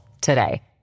today